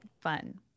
fun